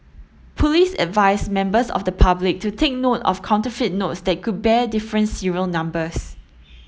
police advised members of the public to take note of counterfeit notes that could bear different serial numbers